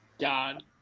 God